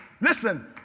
Listen